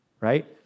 right